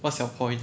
what's your point